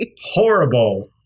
horrible